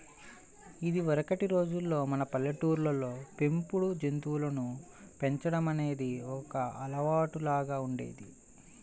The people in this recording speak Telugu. ఇదివరకటి రోజుల్లో మన పల్లెటూళ్ళల్లో పెంపుడు జంతువులను పెంచడం అనేది ఒక అలవాటులాగా ఉండేది